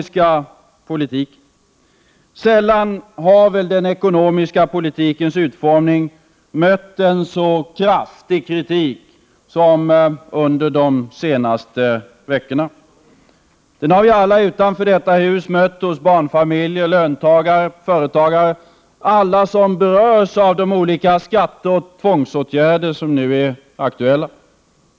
Sällan har väl den ekonomiska politikens utformning mött en så kraftig kritik som under de senaste veckorna. Den har vi alla utanför detta hus mött hos barnfamiljer, löntagare, företagare och alla som berörs av de olika skatteoch tvångsåtgärder som nu är aktuella.